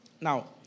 Now